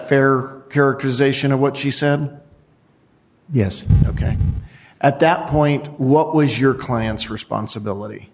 fair characterization of what she said yes ok at that point what was your client's responsibility